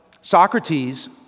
Socrates